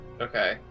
okay